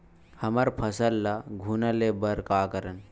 हमर फसल ल घुना ले बर का करन?